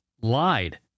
lied